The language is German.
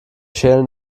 schälen